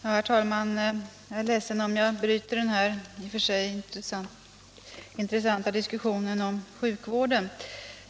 Herr talman! Jag är ledsen om jag bryter den här i och för sig intressanta diskussionen om sjukvården.